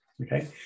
Okay